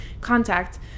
contact